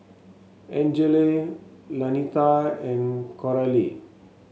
Angele Lanita and Coralie